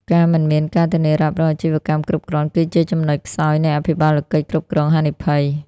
ការមិនមានការធានារ៉ាប់រងអាជីវកម្មគ្រប់គ្រាន់ គឺជាចំណុចខ្សោយនៃអភិបាលកិច្ចគ្រប់គ្រងហានិភ័យ។